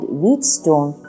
Wheatstone